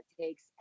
takes